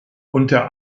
unter